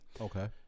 Okay